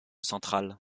central